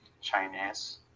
Chinese